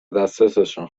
دسترسشان